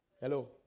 Hello